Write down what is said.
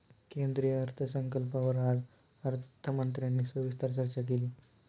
केंद्रीय अर्थसंकल्पावर आज अर्थमंत्र्यांनी सविस्तर चर्चा केली